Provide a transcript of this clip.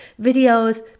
videos